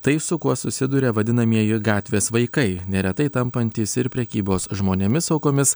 tai su kuo susiduria vadinamieji gatvės vaikai neretai tampantys ir prekybos žmonėmis aukomis